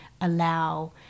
allow